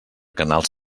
canals